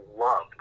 loved